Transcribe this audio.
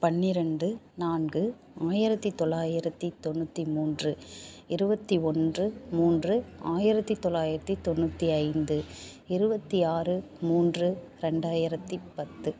பன்னிரெண்டு நான்கு ஆயிரத்து தொள்ளாயிரத்து தொண்ணூற்றி மூன்று இருபத்தி ஒன்று மூன்று ஆயிரத்து தொள்ளாயிரத்து தொண்ணூற்றி ஐந்து இருபத்தி ஆறு மூன்று ரெண்டாயிரத்து பத்து